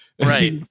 right